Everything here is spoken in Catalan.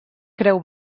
creu